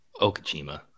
Okajima